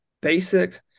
basic